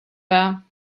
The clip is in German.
dar